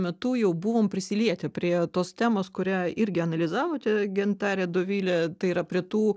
metu jau buvom prisilietę prie tos temos kurią irgi analizavote gintare dovile tai yra prie tų